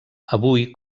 avui